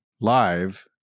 live